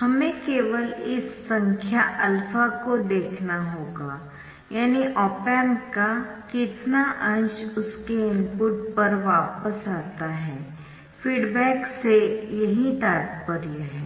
हमें केवल इस विशेष संख्या α को देखना होगा यानी ऑप एम्प का कितना अंश उसके इनपुट पर वापस आता है फीडबैक से यही तात्पर्य है